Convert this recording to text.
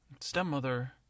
Stepmother